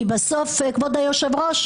כי בסוף כבוד היושב-ראש,